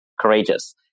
courageous